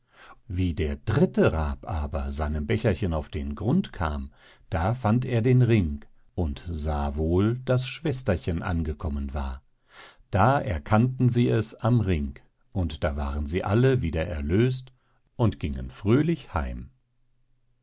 wie der dritte rab aber seinem becherchen auf den grund kam da fand er den ring und sah wohl daß schwesterchen angekommen war da erkannten sie es am ring und da waren sie alle wieder erlöst und gingen frölich heim